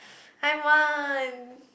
I want